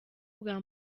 bwa